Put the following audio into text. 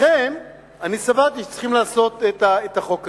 לכן אני סברתי שצריכים לחוקק את החוק הזה.